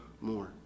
more